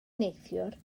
neithiwr